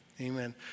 Amen